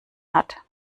hat